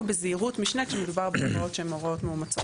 בזהירות משנה כשמדובר בהוראות שהן הוראות מאומצות.